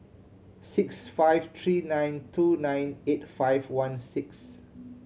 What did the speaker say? six five three nine two nine eight five one six